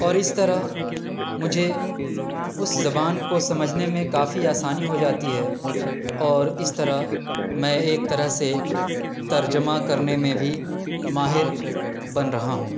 اور اس طرح مجھے اس زبان کو سمجھنے میں کافی آسانی ہو جاتی ہے اور اس طرح میں ایک طرح سے ترجمہ کرنے میں بھی ماہر بن رہا ہوں